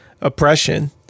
oppression